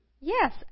yes